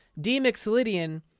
D-Mixolydian